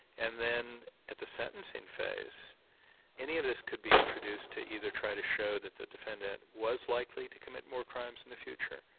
and then at the sentencing phase any of this could be introduced to either try to show that the defendant was likely to commit more crimes in the future,